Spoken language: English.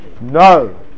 NO